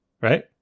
Right